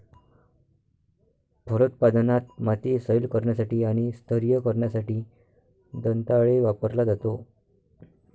फलोत्पादनात, माती सैल करण्यासाठी आणि स्तरीय करण्यासाठी दंताळे वापरला जातो